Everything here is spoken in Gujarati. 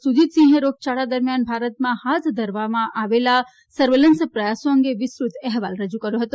સુજીત સિંહે રોગચાળા દરમિયાન ભારતમાં હાથ ધરવામાં આવેલા સર્વેલન્સ પ્રયાસો અંગે વિસ્તૃત અહેવાલ રજૂ કર્યો હતો